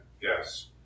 Yes